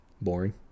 Boring